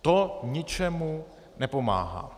To ničemu nepomáhá.